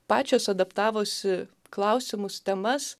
pačios adaptavosi klausimus temas